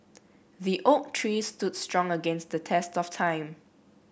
the oak tree stood strong against the test of time